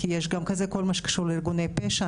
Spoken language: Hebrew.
זה כל מה שקשור לארגוני פשע,